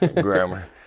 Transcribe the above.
grammar